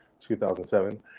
2007